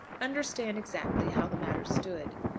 understand exactly how the matter stood.